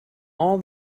all